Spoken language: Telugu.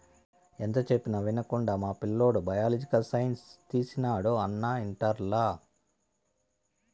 ఎంత చెప్పినా వినకుండా మా పిల్లోడు బయలాజికల్ సైన్స్ తీసినాడు అన్నా ఇంటర్లల